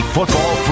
Football